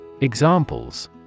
Examples